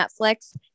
Netflix